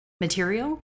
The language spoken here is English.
material